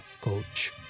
coach